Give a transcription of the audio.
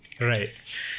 Right